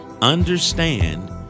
understand